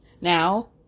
Now